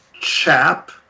chap